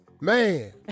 Man